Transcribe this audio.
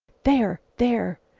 there! there!